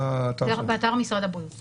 באתר משרד הבריאות.